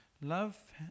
Love